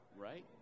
Right